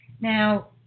now